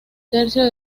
tercio